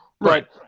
Right